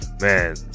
man